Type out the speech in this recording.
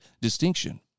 distinction